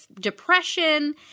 depression